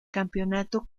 campeonato